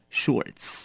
shorts